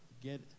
get